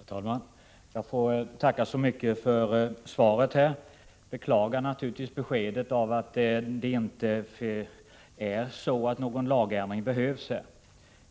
Herr talman! Jag får tacka så mycket för svaret. Jag beklagar naturligtvis att beskedet blev att det inte behövs någon lagändring härvidlag.